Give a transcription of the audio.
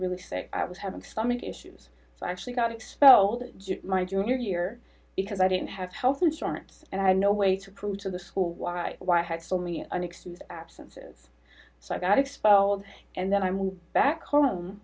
really sick i was having some issues so i actually got expelled my junior year because i didn't have health insurance and i had no way to prove to the school why why i had so many an excused absence is so i got expelled and then i moved back home